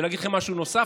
להגיד לכם משהו נוסף,